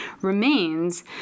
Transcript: remains